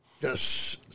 Yes